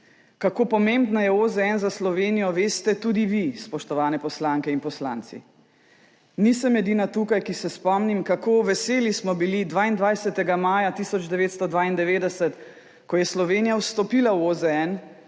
Kako pomembna je OZN za Slovenijo, veste tudi vi, spoštovane poslanke in poslanci. Nisem edina tukaj, ki se spomni, kako veseli smo bili 22. maja 1992, ko je Slovenija vstopila v OZN